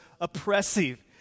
oppressive